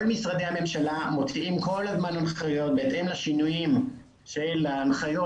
כל משרדי הממשלה מוציאים כל הזמן הנחיות בהתאם לשינויים של ההנחיות